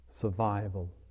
survival